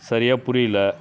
சரியாக புரியலை